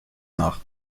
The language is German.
nach